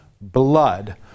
blood